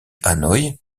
hanoï